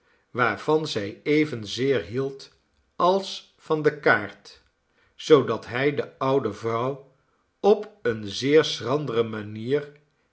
waarvan zij evenzeer hield als van de kaart zoodat hij de oude vrouw op eene zeer schrandere manier